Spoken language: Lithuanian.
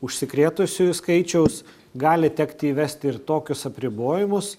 užsikrėtusiųjų skaičiaus gali tekti įvesti ir tokius apribojimus